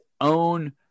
own